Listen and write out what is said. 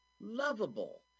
lovable